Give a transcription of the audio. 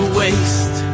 waste